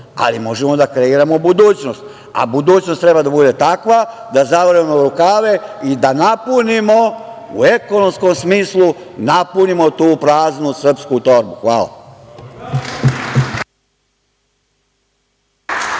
ali možemo da kreiramo budućnost, a budućnost treba da bude takva da zavrnemo rukave i da napunimo, u ekonomskom smislu napunimo, tu praznu srpsku torbu. Hvala.